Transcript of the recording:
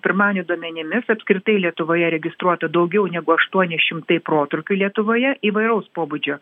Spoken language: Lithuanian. pirmadienio duomenimis apskritai lietuvoje registruota daugiau negu aštuoni šimtai protrūkių lietuvoje įvairaus pobūdžio